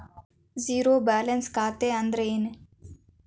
Zero balance ಖಾತೆ ಅಂದ್ರೆ ಏನು?